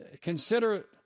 consider